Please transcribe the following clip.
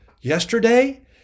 Yesterday